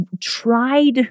tried